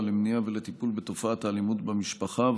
למניעה ולטיפול בתופעת האלימות במשפחה,